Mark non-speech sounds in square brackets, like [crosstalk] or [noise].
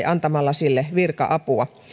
[unintelligible] antaa sille virka apua